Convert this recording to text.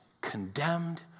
condemned